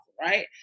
right